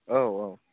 औ औ